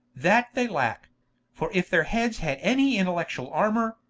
that they lack for if their heads had any intellectuall armour,